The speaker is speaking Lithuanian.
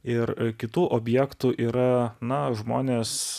ir kitų objektų yra na žmonės